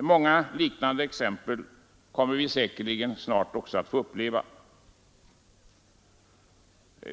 Många liknande exempel får vi säkerligen snart se.